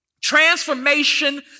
Transformation